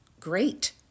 great